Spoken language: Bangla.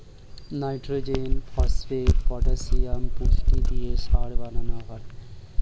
নাইট্রোজেন, ফস্ফেট, পটাসিয়াম পুষ্টি দিয়ে সার বানানো হয়